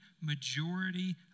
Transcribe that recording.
majority